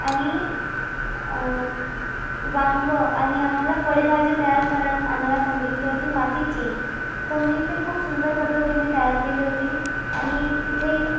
आणि वांगं आणि आम्हाला फळभाज्या तयार करुन आणायला सांगितली होती मातीची तर मी ते खूप सुंदर पद्धतीने तयार केली होती आणि तिथे